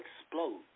explode